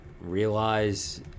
realize